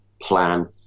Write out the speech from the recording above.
plan